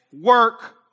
work